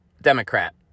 Democrat